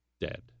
dead